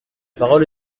parole